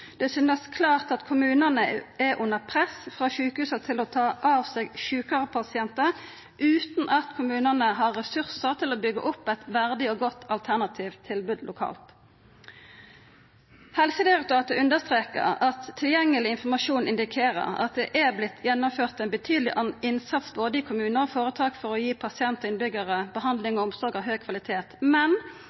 Det synest klart at kommunane er under press frå sjukehusa til å ta seg av sjukare pasientar, utan at kommunane har ressursar til å byggja opp eit verdig og godt alternativt tilbod lokalt. Helsedirektoratet understrekar at tilgjengeleg informasjon indikerer at det er vorte gjennomført ein betydeleg innsats i både kommunar og føretak for å gi pasientar og innbyggjarar behandling og omsorg av høg kvalitet, men